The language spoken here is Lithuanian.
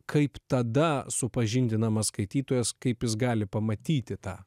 kaip tada supažindinamas skaitytojas kaip jis gali pamatyti tą